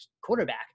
quarterback